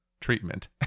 treatment